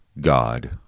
God